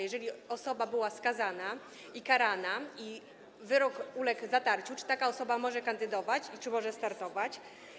Jeżeli osoba była skazana, ukarana i wyrok uległ zatarciu, to czy taka osoba może kandydować, może startować?